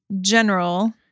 general